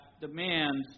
demands